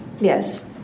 Yes